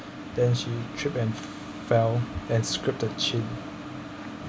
then she tripped and fell then strike the chin